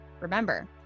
Remember